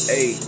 Hey